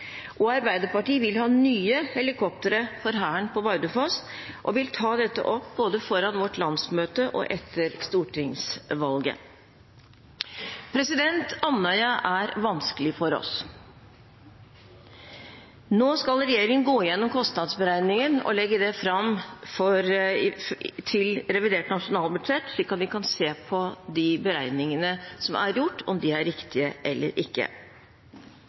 Og Arbeiderpartiet vil ha nye helikoptre for Hæren på Bardufoss og vil ta dette opp både foran vårt landsmøte og etter stortingsvalget. Andøya er vanskelig for oss. Nå skal regjeringen gå gjennom kostnadsberegningen og legge det fram til revidert nasjonalbudsjett, slik at vi kan se på de beregningene som er gjort – om de er riktige eller ikke.